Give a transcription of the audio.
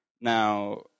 Now